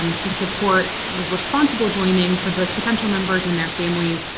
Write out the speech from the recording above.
um to support responsible joining for both potential members and their families,